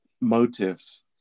motives